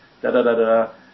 da-da-da-da